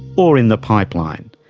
or in the pipeline.